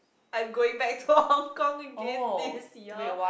I'm going back to Hong Kong again this year